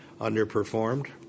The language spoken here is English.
underperformed